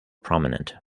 prominent